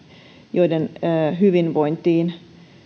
joiden hyvinvointiin